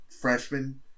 freshman